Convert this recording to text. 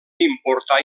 importar